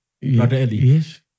Yes